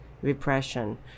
Repression